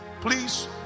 please